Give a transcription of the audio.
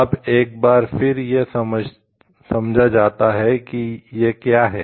अब एक बार फिर यह समझा जाता है कि यह क्या है